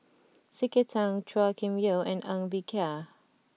C K Tang Chua Kim Yeow and Ng Bee Kia